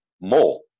more